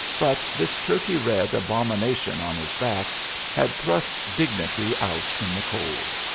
but this turkey-red abomination on his back had thrust dignity out in the cold.